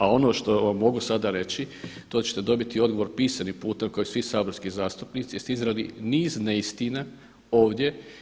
A ono što vam mogu sada reći, to ćete dobiti odgovor pisanim putem kao i svi saborski zastupnici jer ste iznijeli niz neistina ovdje.